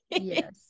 Yes